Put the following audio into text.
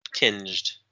tinged